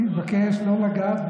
בקול רם.